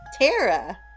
Tara